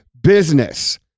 business